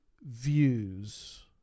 views